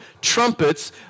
trumpets